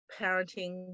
parenting